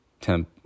Temp